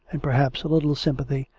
and, perhaps, a little sympathy,